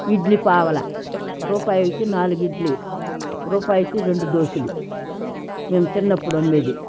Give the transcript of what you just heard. ఇడ్లీ పావలా రూపాయికి నాలుగు ఇడ్లీ రూపాయికి రెండు దోశలు మేము చిన్నప్పుడు అమ్మేది